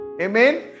Amen